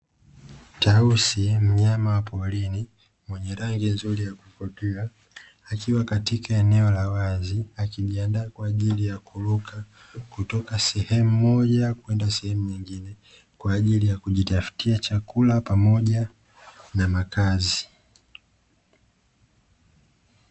Tausi mnyama wa porini mwenye rangi nzuri ya kuvutia akiwa katika eneo la wazi akijiandaa, kwa ajili ya kuruka kutoka sehemu moja kwenda sehemu nyingine kwa ajili ya kujitafutia chakula pamoja na makazi.